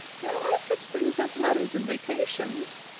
there are such things as letters and vacations.